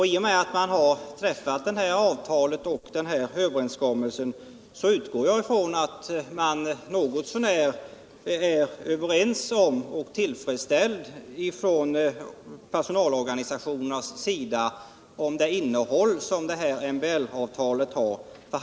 I och med att man kunnat träffa detta avtal utgår jag ifrån att man varit något så när överens och att personalorganisationerna är till freds med det innehåll som detta MBL-avtal har fått.